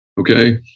Okay